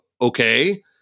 okay